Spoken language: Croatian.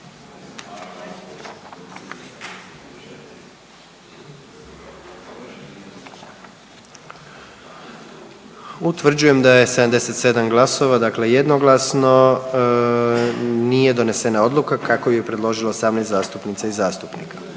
Utvrđujem da je sa 77 glasova za dakle jednoglasno donesena odluka kako je predložilo matično radno